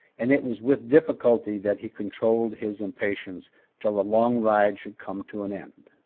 and it was with difficulty that he controlled his impatience till the long ride should come to an end.